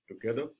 together